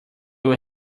will